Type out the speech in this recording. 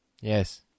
Yes